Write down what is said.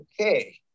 Okay